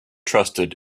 trusted